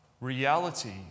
reality